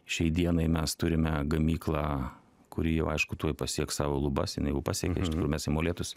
šiai dienai mes turime gamyklą kuri jau aišku tuoj pasieks savo lubas jinai jau pasiekė iš tikrųjų mes į molėtus